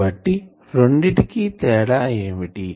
కాబట్టి రెండిటికి తేడా ఏమిటి